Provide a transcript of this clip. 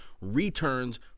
returns